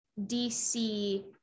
DC